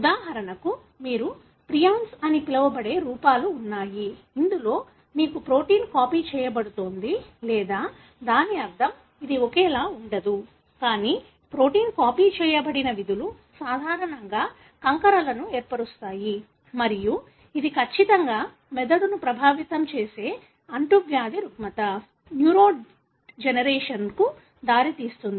ఉదాహరణకు మీరు ప్రియాన్స్ అని పిలవబడే రూపాలు ఉన్నాయి ఇందులో మీకు ప్రోటీన్ కాపీ చేయబడుతోంది లేదా దాని అర్థం ఇది ఒకేలా ఉండదు కానీ ప్రోటీన్ కాపీ చేయబడిన విధులు సాధారణంగా కంకరలను ఏర్పరుస్తాయి మరియు ఇది ఖచ్చితంగా మెదడును ప్రభావితం చేసే అంటువ్యాధి రుగ్మత న్యూరోడెజెనరేషన్కు దారితీస్తుంది